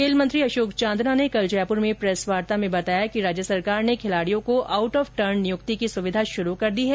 खेल मंत्री अशोक चांदना ने कल जयपुर में प्रेस वार्ता में बताया कि राज्य सरकार ने खिलाडियों को आउट ऑफ टर्न नियुक्ति की सुविधा शुरू कर दी है